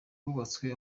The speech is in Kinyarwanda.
hubatswe